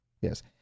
yes